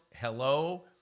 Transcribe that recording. hello